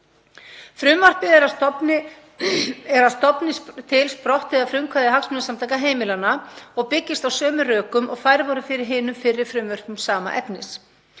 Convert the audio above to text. Frumvarpið er að stofni til sprottið af frumkvæði Hagsmunasamtaka heimilanna og byggist á sömu rökum og færð voru fyrir hinum fyrri frumvörpum sama efnis.